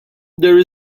there